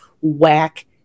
whack